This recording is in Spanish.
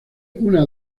una